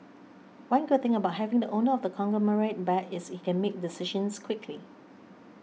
one good thing about having the owner of the conglomerate back is he can make decisions quickly